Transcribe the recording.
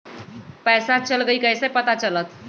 पैसा चल गयी कैसे पता चलत?